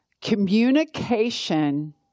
communication